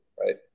right